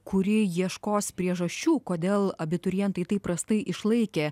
kuri ieškos priežasčių kodėl abiturientai taip prastai išlaikė